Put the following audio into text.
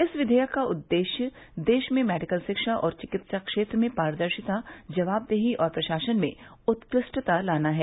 इस विधेयक का उद्देश्य देश में मेडिकल रिक्षा और चिकित्सा क्षेत्र में पारदर्शिता जवाबदेही और प्रशासन में उत्कृष्टता लाना है